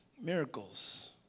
Miracles